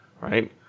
right